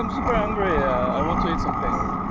um super hungry. i want to eat something.